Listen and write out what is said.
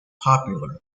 popular